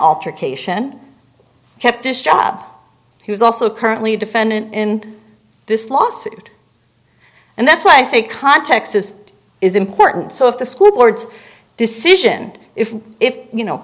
altercation kept this job he was also currently a defendant in this lawsuit and that's why i say context is is important so if the school board's decision if if you know